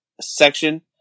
section